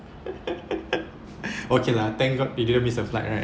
okay lah thank god they didn't miss a flight right